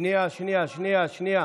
שנייה, יש עיכוב.